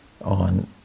on